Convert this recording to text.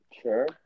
Sure